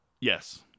Yes